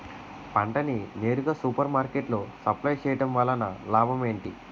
పంట ని నేరుగా సూపర్ మార్కెట్ లో సప్లై చేయటం వలన లాభం ఏంటి?